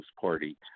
party